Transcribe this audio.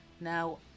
Now